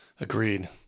Agreed